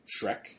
Shrek